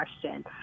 question